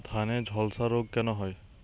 ধানে ঝলসা রোগ কেন হয়?